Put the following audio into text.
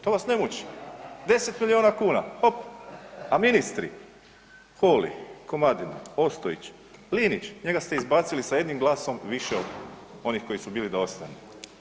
To vas ne muči, 10 miliona kuna hop, a ministri Holi, Komadina, Ostojić, Linić njega ste izbacili sa jednim glasom više od oni koji su bili da ostane.